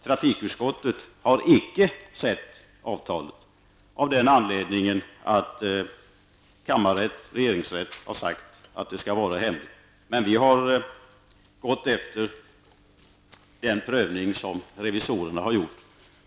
Trafikutskottet har icke sett avtalet, av den anledningen att kammarrätten och regeringsrätten har sagt att det skall vara hemligt. Vi har gått efter den prövning som revisorerna har gjort.